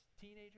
teenager